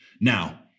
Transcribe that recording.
Now